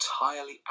entirely